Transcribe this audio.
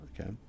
okay